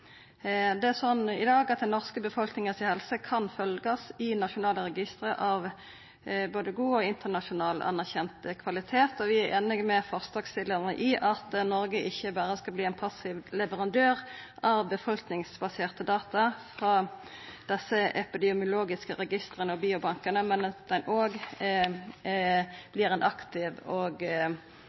Det er sånn i dag at helsa til den norske befolkninga kan følgjast i nasjonale registre av både god og internasjonalt anerkjent kvalitet, og vi er einige med forslagsstillarane i at Noreg ikkje berre skal verta ein passiv leverandør av befolkningsbaserte data frå desse epidemiologiske registra og biobankane, men at ein òg vert ein aktiv og